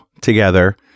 together